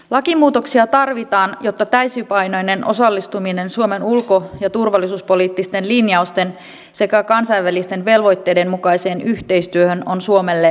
lakimuutoksia tarvitaan jotta täysipainoinen osallistuminen suomen ulko ja turvallisuuspoliittisten linjausten sekä kansainvälisten velvoitteiden mukaiseen yhteistyöhön on suomelle mahdollista